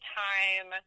time